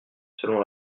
selon